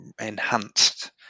enhanced